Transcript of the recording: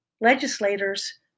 legislators